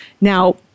Now